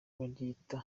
baryita